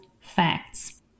facts